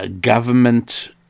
government